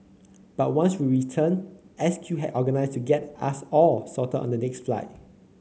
but once we returned S Q had organised to get us all sorted on the next flight